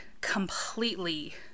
completely